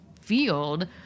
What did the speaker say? field